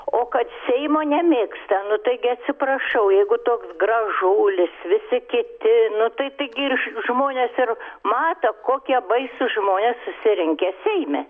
o kad seimo nemėgsta nu taigi atsiprašau jeigu toks gražulis visi kiti nu tai taigi ir žmonės ir mato kokie baisūs žmonės susirinkę seime